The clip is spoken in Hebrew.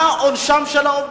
מה עונשם של העובדים?